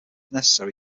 necessary